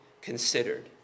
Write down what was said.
considered